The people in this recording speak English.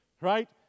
right